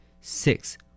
six